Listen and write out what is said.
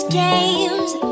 games